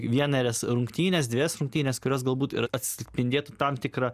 vienerias rungtynes dvejas rungtynes kurios galbūt ir atspindėtų tam tikrą